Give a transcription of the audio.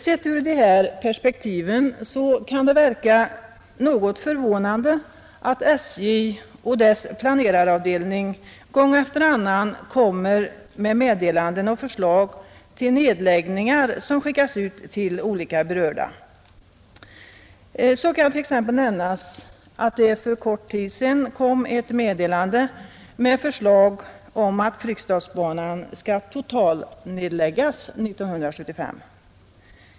Sett ur dessa perspektiv kan det verka något förvånande att SJ och dess planeraravdelning gång efter annan till de berörda skickar ut meddelanden och förslag om nedläggningar. Det kan t.ex. nämnas att det för kort tid sedan kom ett meddelande med förslag om att Fryksdalsbanan skall totalnedläggas 1975.